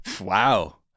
Wow